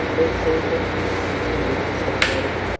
or susan continued mr harding.